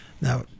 Now